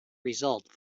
result